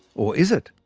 or is it?